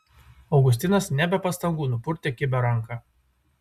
augustinas ne be pastangų nupurtė kibią ranką